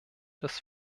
das